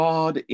God